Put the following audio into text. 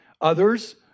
Others